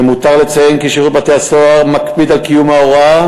למותר לציין כי שירות בתי-הסוהר מקפיד על קיום ההוראה